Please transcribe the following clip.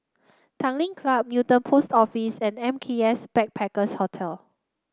Tanglin Club Newton Post Office and M K S Backpackers Hostel